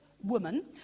woman